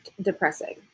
depressing